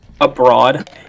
abroad